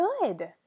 good